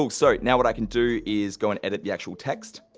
ah so now what i can do is go and edit the actual text,